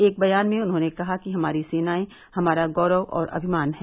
एक बयान में उन्होंने कहा कि हमारी सेनाएं हमारा गौरव और अभिमान है